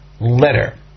letter